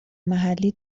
محلی